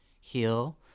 heal